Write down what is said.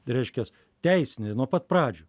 reiškias teisinį nuo pat pradžių